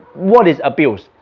what is abuse?